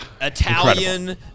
Italian